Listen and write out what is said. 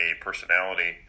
personality